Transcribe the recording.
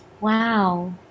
Wow